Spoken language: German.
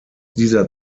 dieser